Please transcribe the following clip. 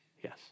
yes